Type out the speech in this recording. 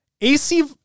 AC